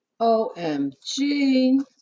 OMG